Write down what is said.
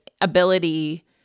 ability